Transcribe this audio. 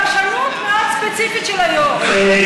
זו פרשנות מאוד ספציפית של היושב-ראש.